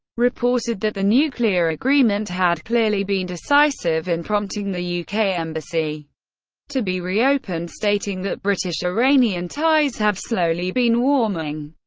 reported that the nuclear agreement had clearly been decisive in prompting the yeah uk embassy to be reopened, stating that british-iranian ties have slowly been warming,